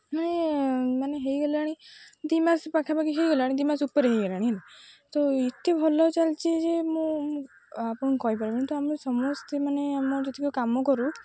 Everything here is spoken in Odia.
ମାନେ ମାନେ ହୋଇଗଲାଣି ଦୁଇ ମାସ ପାଖାପାଖି ହୋଇଗଲାଣି ଦୁଇ ମାସ ଉପରେ ହୋଇଗଲାଣି ହେଲା ତ ଏତେ ଭଲ ଚାଲିଛି ଯେ ମୁଁ ଆପଣ କହିପାରିବିନି ତ ଆମେ ସମସ୍ତେ ମାନେ ଆମ ଯେତିକ କାମ କରୁ